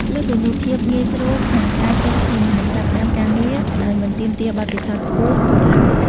លើសពីនេះ ភាពងាយស្រួលក្នុងការចុះឈ្មោះ និងចាប់ផ្តើមការងារដោយមិនទាមទារបទពិសោធន៍ខ្ពស់នោះឡើយ។